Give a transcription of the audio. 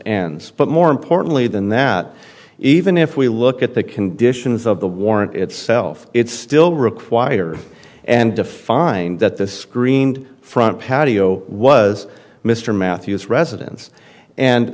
and but more importantly than that even if we look at the conditions of the warrant itself it's still required and defined that the screened front patio was mr mathews residence and